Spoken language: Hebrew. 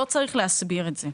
לא צריך להסביר את זה.